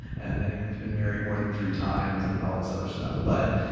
and anyone's who's been married more than three times and all this other stuff. but,